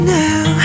now